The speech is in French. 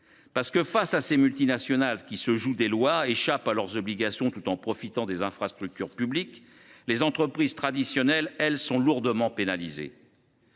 faussée. Face à ces multinationales qui se jouent des lois et échappent à leurs obligations tout en profitant des infrastructures publiques, les entreprises traditionnelles, elles, sont lourdement pénalisées.